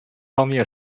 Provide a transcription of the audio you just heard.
方面